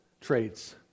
traits